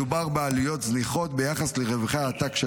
מדובר בעלויות זניחות ביחס לרווחי העתק של